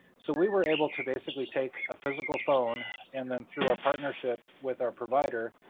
so we were able to basically take a physical phone, and then through our partnership with our provider,